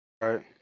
Right